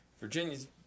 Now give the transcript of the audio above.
Virginia's